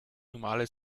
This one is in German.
normale